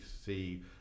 see